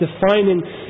defining